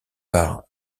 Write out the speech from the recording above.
par